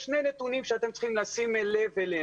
יש שני נתונים שאתם צריכים לשים לב אליהם